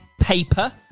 paper